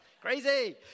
Crazy